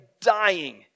dying